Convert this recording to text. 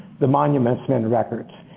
the monuments men records?